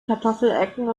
kartoffelecken